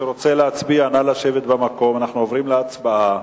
עוברים להצבעה.